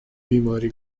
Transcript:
بیماری